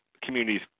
communities